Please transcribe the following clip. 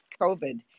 COVID